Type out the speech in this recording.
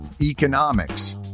economics